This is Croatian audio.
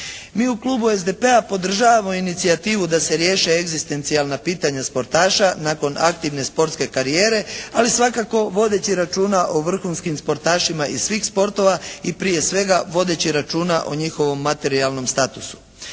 Mi u klubu SDP-a podržavamo inicijativu da se riješe egzistencijalna pitanja sportaša nakon aktivne sportske karijere, ali svakako vodeći računa o vrhunskim sportašima iz svih sportova i prije svega vodeći računa o njihovom materijalnom statusu.